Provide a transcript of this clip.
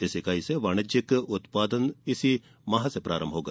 इस इकाई से वाणिज्यिक उत्पादन इसी माह से प्रारंभ होगा